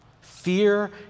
Fear